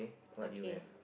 okay